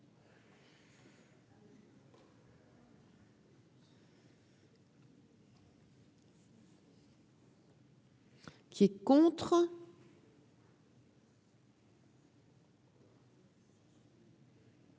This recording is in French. Qui est contre.